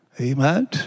amen